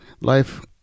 life